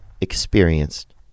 experienced